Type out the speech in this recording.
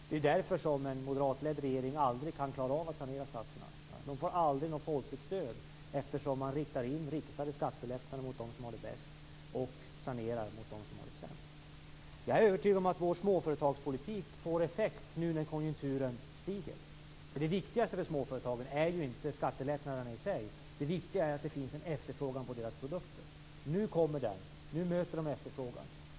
Det är därför en moderatledd regering aldrig kan klara av att sanera statsfinanserna. De får aldrig något folkligt stöd eftersom de riktar in riktade skattelättnader mot dem som har de bäst och saneringar mot dem som har det sämst. Jag är övertygad om att vår småföretagspolitik får effekt nu när konjunkturen stiger. Det viktigaste för småföretagen är ju inte skattelättnaderna i sig. Det viktiga är att det finns en efterfrågan på deras produkter. Nu kommer den. Nu möter de efterfrågan.